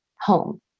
home